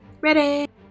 Ready